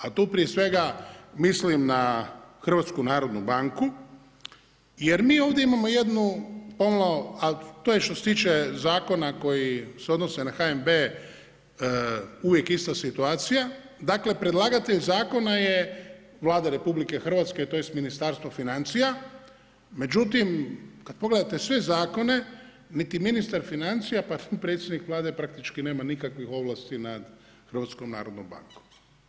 A tu prije svega mislim na HNB jer mi ovdje imamo jednu, a to je što se tiče zakona koji se odnose na HNB uvijek ista situacija, dakle predlagatelj zakona je Vlada RH tj. Ministarstvo financija, međutim kada pogledate sve zakone niti ministar financija, pa predsjednik Vlade praktički nema nikakvih ovlasti nad HNB-om.